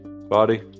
body